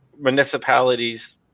municipalities